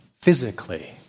physically